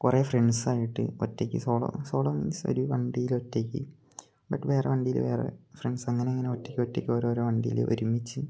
കുറെ ഫ്രണ്ട്സായിട്ട് ഒറ്റയ്ക്ക് സോളോ സോളോ മീൻസ് ഒരു വണ്ടിയിൽ ഒറ്റയ്ക്ക് ബട്ട് വേറെ വണ്ടിയിൽ വേറെ ഫ്രണ്ട്സ് അങ്ങനെ അങ്ങനെ ഒറ്റയ്ക്ക് ഒറ്റയ്ക്ക് ഓരോരോ വണ്ടിയിൽ ഒരുമിച്ച്